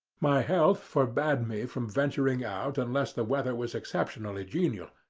my health forbade me from venturing out unless the weather was exceptionally genial,